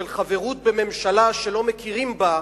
של חברוּת בממשלה שלא מכירים בה,